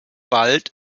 bald